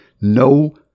No